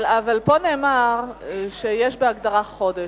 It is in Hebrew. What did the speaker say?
אבל פה נאמר שיש בהגדרה חודש.